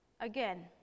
again